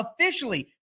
officially